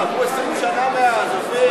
עברו 20 שנה מאז.